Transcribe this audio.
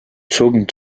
zogen